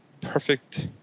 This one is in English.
perfect